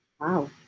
Wow